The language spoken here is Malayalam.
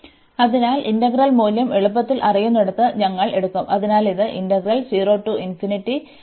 അതിനാൽ ഇന്റഗ്രൽ മൂല്യം എളുപ്പത്തിൽ അറിയുന്നിടത്ത് ഞങ്ങൾ എടുക്കും അതിനാൽ ഇത് ആണ്